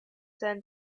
sent